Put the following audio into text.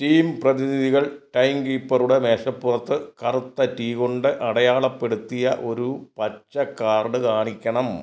team പ്രതിനിധികൾ time കീപ്പറുടെ മേശപ്പുറത്ത് കറുത്ത ടി കൊണ്ട് അടയാളപ്പെടുത്തിയ ഒരു പച്ച കാർഡ് കാണിക്കണം